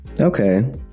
Okay